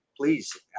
please